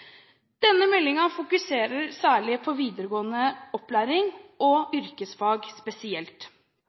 Denne meldingen fokuserer særlig på videregående opplæring og på yrkesfag spesielt.